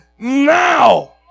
Now